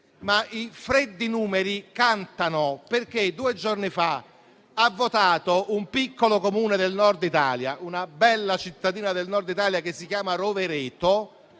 ma i freddi numeri cantano. Domenica scorsa ha votato un piccolo Comune del Nord Italia, una bella cittadina del Nord Italia che si chiama Rovereto.